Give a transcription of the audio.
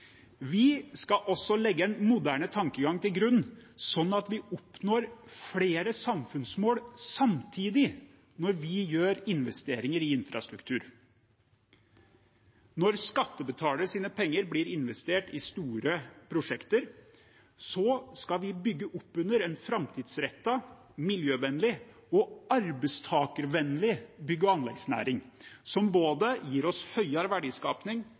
Vi skal også legge en moderne tankegang til grunn, slik at vi oppnår flere samfunnsmål samtidig når vi gjør investeringer i infrastruktur. Når skattebetalernes penger blir investert i store prosjekter, skal vi bygge opp under en framtidsrettet, miljøvennlig og arbeidstakervennlig bygge- og anleggsnæring, som gir oss både høyere